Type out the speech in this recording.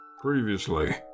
Previously